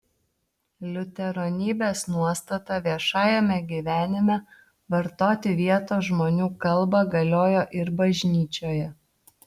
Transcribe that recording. liuteronybės nuostata viešajame gyvenime vartoti vietos žmonių kalbą galiojo ir bažnyčioje